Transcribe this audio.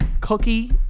cookie